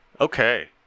Okay